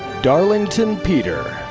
darlington peter.